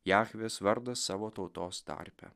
jachvės vardas savo tautos tarpe